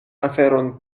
aferon